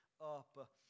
up